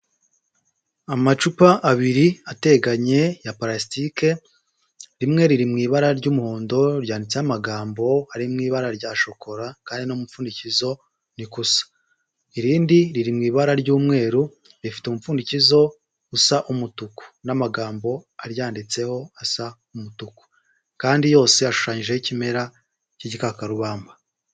Amacupa abiri ateganye ya palasitike rimwe riri mu ibara ry'umuhondo ryanditseho amagambo ari mu ibara rya shokora kandi n'umupfundikizo ni ko usa; irindi riri mu ibara ry'umweru rifite umupfundikizo usa umutuku n'amagambo aryanditseho asa umutuku; kandi yose ashushanyijeho ikimera cy'igikakarubamba.